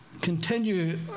continue